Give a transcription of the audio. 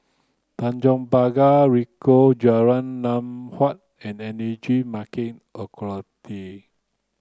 Tanjong Pagar Ricoh Jalan Lam Huat and Energy Market